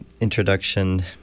introduction